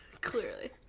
Clearly